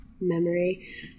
memory